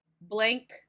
Blank